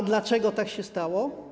A dlaczego tak się stało?